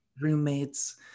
roommates